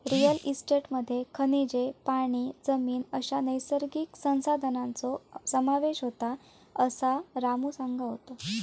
real इस्टेटमध्ये खनिजे, पाणी, जमीन अश्या नैसर्गिक संसाधनांचो समावेश होता, असा रामू सांगा होतो